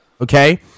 Okay